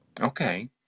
Okay